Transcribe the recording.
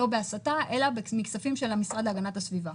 לא בהסטה אלא מכספים של המשרד להגנת הסביבה.